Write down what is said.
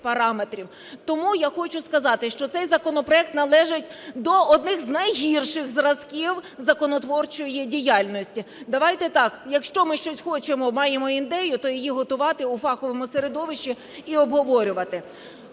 Тому я хочу сказати, що цей законопроект належить до одних з найгірших зразків законотворчої діяльності. Давайте так, якщо ми щось хочемо, маємо ідею, то її готувати у фаховому середовищі і обговорювати.